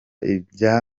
ibya